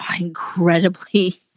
incredibly